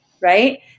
Right